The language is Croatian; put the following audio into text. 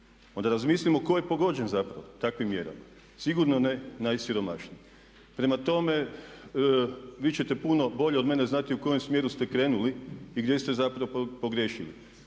Onda razmislimo tko je pogođen zapravo takvim mjerama. Sigurno ne najsiromašniji. Prema tome, vi ćete puno bolje od mene znati u kojem smjeru ste krenuli i gdje ste zapravo pogriješili.